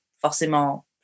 forcément